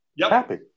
Happy